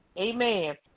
Amen